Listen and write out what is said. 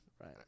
right